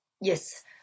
Yes